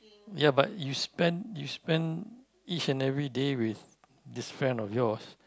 ya but you spend you spend each and everyday with this friend of yours